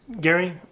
Gary